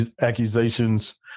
accusations